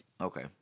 Okay